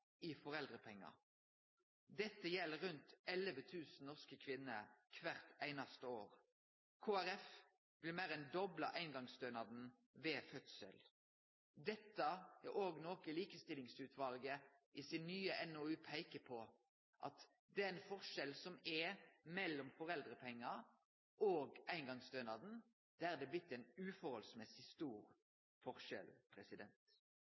foreldrepengar. Dette gjeld rundt 11 000 norske kvinner kvart einaste år. Kristeleg Folkeparti vil meir enn doble eingongsstønaden ved fødsel. Det er òg noko Likestillingsutvalet peikar på i sin nye NOU, at den forskjellen som er mellom foreldrepengar og eingongsstønaden, har blitt uforholdsmessig stor.